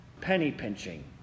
penny-pinching